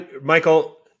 Michael